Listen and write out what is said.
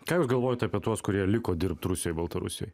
ką jūs galvojat apie tuos kurie liko dirbt rusijoj baltarusijoj